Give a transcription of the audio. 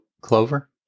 Clover